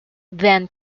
then